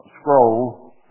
scroll